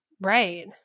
right